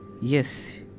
Yes